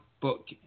book